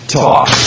talk